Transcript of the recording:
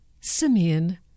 Simeon